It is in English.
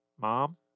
mom